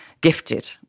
gifted